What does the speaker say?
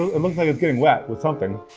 it looks like it's getting wet with something.